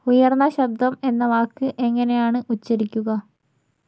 ഉയര്ന്ന ശബ്ദം എന്ന വാക്ക് എങ്ങനെയാണ് ഉച്ചരിക്കുക